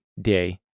Day